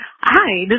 Hi